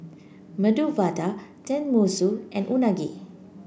Medu Vada Tenmusu and Unagi